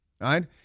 right